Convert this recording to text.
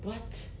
what